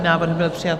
Návrh byl přijat.